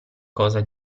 cosa